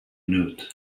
note